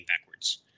backwards